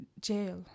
jail